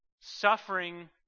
Suffering